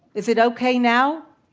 is it okay now?